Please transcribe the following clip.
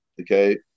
okay